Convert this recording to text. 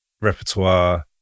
repertoire